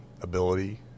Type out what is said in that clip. ability